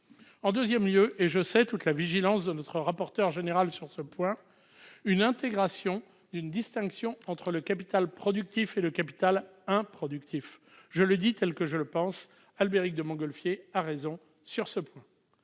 En second lieu, et je sais toute la vigilance de notre rapporteur général sur ce point, il faut intégrer une distinction entre le capital productif et le capital improductif. Je le dis tel que je le pense : Albéric de Montgolfier a raison sur ce point.